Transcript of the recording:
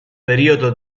periodo